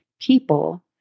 People